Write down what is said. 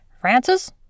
Francis